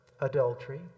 adultery